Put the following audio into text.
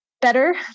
better